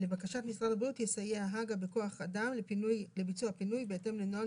לבקשת משרד הבריאות יסייע הג"א בכוח אדם לביצוע הפינוי בהתאם לנוהל